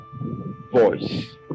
voice